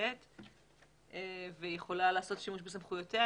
נמצאת והיא יכולה לעשות שימוש בסמכויותיה.